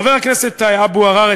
חבר הכנסת אבו עראר,